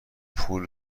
پول